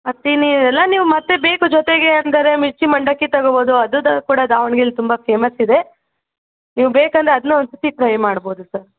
ಮತ್ತಿನ್ನೇನಿಲ್ಲ ನೀವು ಮತ್ತೆ ಬೇಕು ಜೊತೆಗೆ ಅಂದರೆ ಮಿರ್ಚಿ ಮಂಡಕ್ಕಿ ತೊಗೋಬೋದು ಅದು ದಾ ಕೂಡ ದಾವಣಗೆರೆಲಿ ತುಂಬ ಫೇಮಸ್ ಇದೆ ನೀವು ಬೇಕಂದರೆ ಅದನ್ನೂ ಒಂದ್ಸತಿ ಟ್ರೈ ಮಾಡ್ಬೋದು ಸರ್